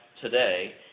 today